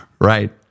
Right